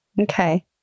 Okay